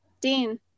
Dean